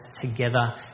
together